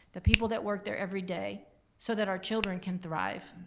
the people that work there every day so that our children can thrive.